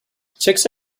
chicks